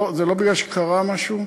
זה לא מפני שקרה משהו,